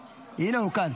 הינה, הוא כאן.